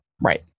right